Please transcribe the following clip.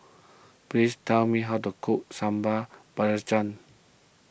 please tell me how to cook Sambal Belacan